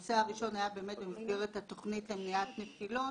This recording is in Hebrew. הנושא הראשון היה באמת במסגרת התכנית למניעת נפילות,